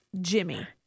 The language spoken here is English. Jimmy